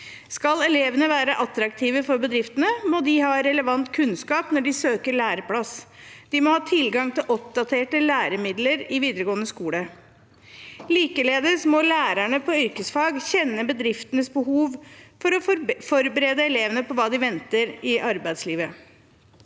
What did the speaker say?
Skal elevene være attraktive for bedriftene, må de ha relevant kunnskap når de søker læreplass, de må ha tilgang til oppdaterte læremidler i videregående skole. Likeledes må lærerne på yrkesfag kjenne bedriftenes behov for å forberede elevene på hva som venter i arbeidslivet.